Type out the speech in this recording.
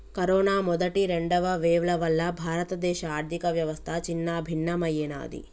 corona మొదటి, రెండవ వేవ్ల వల్ల భారతదేశ ఆర్ధికవ్యవస్థ చిన్నాభిన్నమయ్యినాది